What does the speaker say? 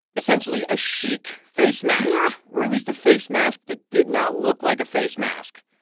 essentially a chic face mask. yeah. or at least a face mask that did not look like a face mask.